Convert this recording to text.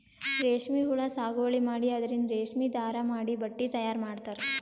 ರೇಶ್ಮಿ ಹುಳಾ ಸಾಗುವಳಿ ಮಾಡಿ ಅದರಿಂದ್ ರೇಶ್ಮಿ ದಾರಾ ಮಾಡಿ ಬಟ್ಟಿ ತಯಾರ್ ಮಾಡ್ತರ್